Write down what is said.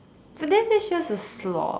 but then this is just a slot